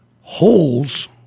holes